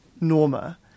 Norma